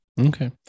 Okay